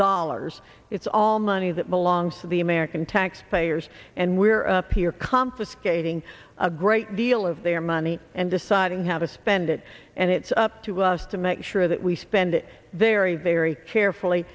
dollars it's all money that belongs to the american taxpayers and we're up here confiscating a great deal of their money and deciding how to spend it and it's up to us to make sure that we spend it there either very carefully